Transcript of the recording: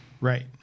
Right